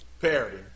Parody